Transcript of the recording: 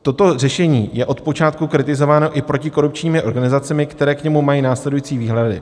Toto řešení je od počátku kritizováno i protikorupčními organizacemi, které k němu mají následující výhrady.